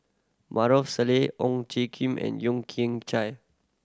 Maarof Salleh Ong J Kim and Yeo Kian Chye